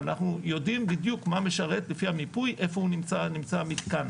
אבל אנחנו יודעים בדיוק מה משרת לפי המיפוי איפה נמצא המתקן.